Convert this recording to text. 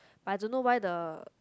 but I don't know why the